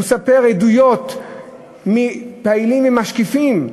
הוא מספר עדויות מפעילים ומשקיפים.